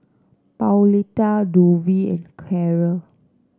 Pauletta Dovie and Karol